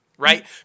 right